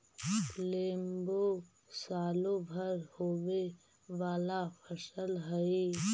लेम्बो सालो भर होवे वाला फसल हइ